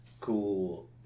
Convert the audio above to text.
cool